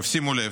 עכשיו, שימו לב: